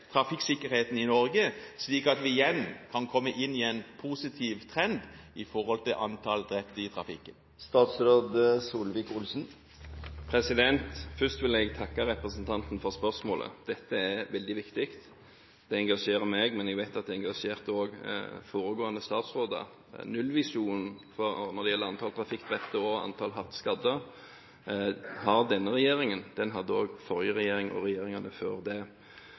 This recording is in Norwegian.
trafikksikkerheten i Norge, slik at vi igjen kan komme inn i en positiv trend med tanke på antall drepte i trafikken? Først vil jeg takke representanten for spørsmålet. Dette er veldig viktig. Det engasjerer meg, og jeg vet at det engasjerte også foregående statsråder. Nullvisjonen når det gjelder antall trafikkdrepte og antall hardt skadde, har denne regjeringen – den hadde også forrige regjering og regjeringene før det. Det er en ambisiøs målsetting. Det er krevende å oppnå den, men det